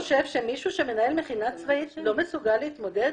אתה באמת חושב שמי שמנהל מכינה קדם-צבאית לא מסוגל להתמודד